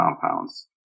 compounds